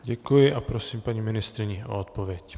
Děkuji a prosím paní ministryni o odpověď.